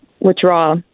withdraw